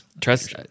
Trust